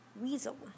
weasel